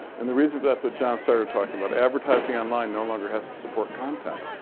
and the reason for that is what john started talking about. advertising online no longer has to support content.